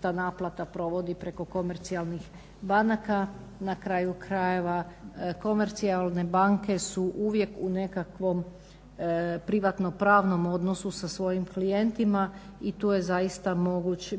ta naplata provodi preko komercijalnih banaka. Na kraju krajeva komercijalne banke su uvijek u nekakvom privatno-pravnom odnosu sa svojim klijentima i tu je zaista